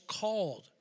called